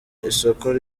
isoko